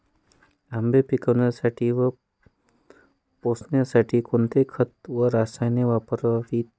आंबे पिकवण्यासाठी व पोसण्यासाठी कोणते खत व रसायने वापरावीत?